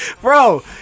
bro